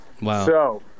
Wow